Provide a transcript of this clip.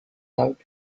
help